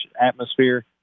atmosphere